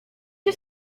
się